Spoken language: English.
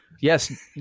yes